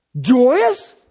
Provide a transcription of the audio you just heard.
joyous